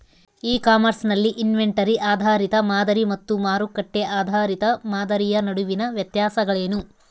E commerce ನಲ್ಲಿ inventory ಆಧಾರಿತ ಮಾದರಿ ಮತ್ತು ಮಾರುಕಟ್ಟೆ ಆಧಾರಿತ ಮಾದರಿಯ ನಡುವಿನ ವ್ಯತ್ಯಾಸಗಳೇನು?